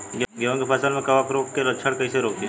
गेहूं के फसल में कवक रोग के लक्षण कईसे रोकी?